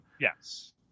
yes